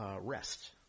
rest